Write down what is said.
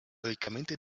riccamente